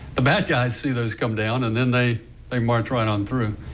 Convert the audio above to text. the bad guys see those comes down and then they they marched right on threw.